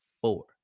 four